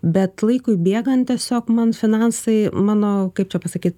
bet laikui bėgant tiesiog man finansai mano kaip čia pasakyt